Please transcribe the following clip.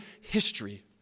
history